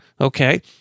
okay